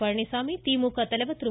பழனிச்சாமி திமுக தலைவர் திரு